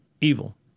Evil